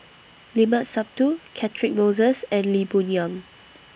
Limat Sabtu Catchick Moses and Lee Boon Yang